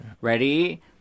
Ready